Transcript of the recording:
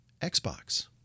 Xbox